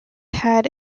had